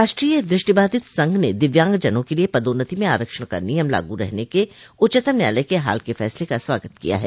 राष्ट्रीय दुष्टिबाधित संघ ने दिव्यांगजनों के लिए पदोन्नति में आरक्षण का नियम लागू रहने के उच्चतम न्यायालय के हाल के फैसले का स्वागत किया है